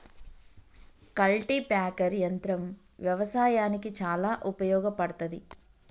cultipacker యంత్రం వ్యవసాయానికి చాలా ఉపయోగపడ్తది